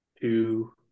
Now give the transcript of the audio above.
two